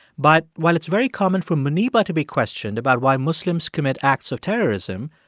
but, while it's very common for muniba to be questioned about why muslims commit acts of terrorism,